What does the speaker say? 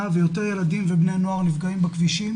ויותר ילדים ובני נוער נפגשים בכבישים.